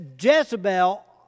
Jezebel